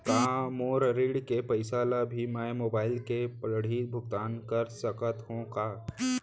का मोर ऋण के पइसा ल भी मैं मोबाइल से पड़ही भुगतान कर सकत हो का?